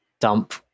dump